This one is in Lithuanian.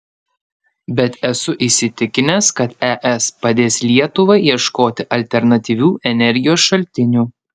bet esu įsitikinęs kad es padės lietuvai ieškoti alternatyvių energijos šaltinių